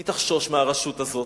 היא תחשוש מהרשות הזאת.